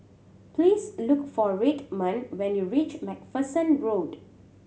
please look for Redmond when you reach Macpherson Road